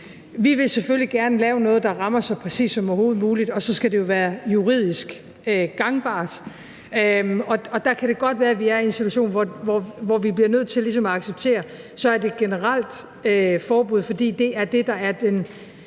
Vi vil selvfølgelig gerne lave noget, der rammer så præcist som overhovedet muligt, og så skal det jo være juridisk gangbart. Der kan det godt være, at vi er en situation, hvor vi bliver nødt til ligesom at acceptere, at det så er et generelt forbud, fordi det er det, der er den